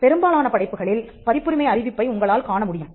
பெரும்பாலான படைப்புகளில் பதிப்புரிமை அறிவிப்பை உங்களால் காண முடியும்